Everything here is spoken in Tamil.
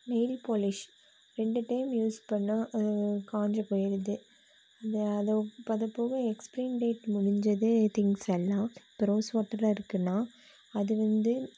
நெயில் பாலிஷ் ரெண்டு டைம் யூஸ் பண்ணால் அது காஞ்சு போயிடுது அது அது போக எக்ஸ்பீரி டேட் முடிஞ்சதே திங்ஸ் எல்லாம் இப்ப ரோஸ் வாட்டராக இருக்குன்னா அது வந்து